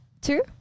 two